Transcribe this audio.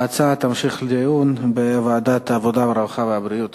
ההצעה תמשיך לדיון בוועדת העבודה, הרווחה והבריאות